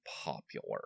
popular